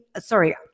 sorry